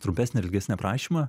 trumpesnį ar ilgesnį aprašymą